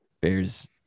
Bears